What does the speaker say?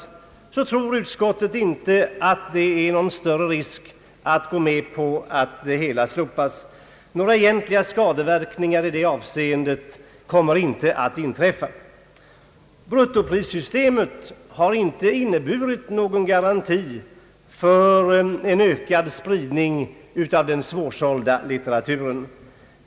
Utskottet anser att ett slopande av kommissionssystemet inte medför några skadeverkningar när det gäller kulturellt värdefull litteratur. Bruttoprissystemet har inte inneburit någon garanti för en ökad spridning av den svårsålda litteraturen.